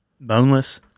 boneless